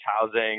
housing